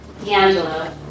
DeAngelo